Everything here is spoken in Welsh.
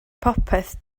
popeth